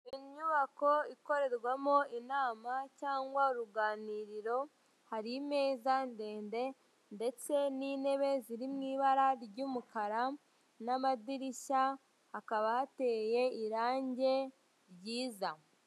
Inyubako ikorerwamo inama cyangwa uruganiriro, hari imeza ndende ndetse n'intebe ziri mu ibara ry'umukara n'amadirishya, hakaba hateye irange ryiza.